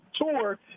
tour